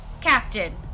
captain